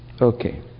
Okay